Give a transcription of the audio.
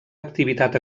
activitat